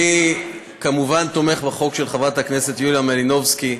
אני כמובן תומך בחוק של חברת הכנסת יוליה מלינובסקי.